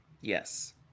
Yes